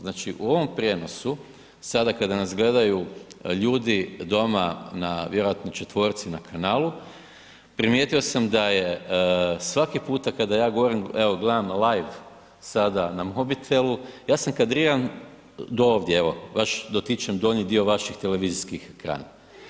Znači, u ovom prijenosu sada kada nas gledaju ljudi doma na vjerojatno 4-ci na kanalu, primijetio sam da je svaki puta kada ja govorim evo gledam live sada na mobitelu ja sam kadriran do ovdje, evo baš dotičem donji dio vaših televizijskih ekrana.